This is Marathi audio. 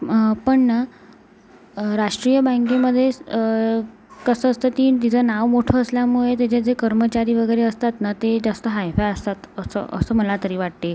पण ना राष्ट्रीय बँकेमध्ये कसं असतं ती तिचं नाव मोठं असल्यामुळे ते जे जे कर्मचारी वगैरे असतात ना ते जास्त हायफाय असतात असं असं मला तरी वाटते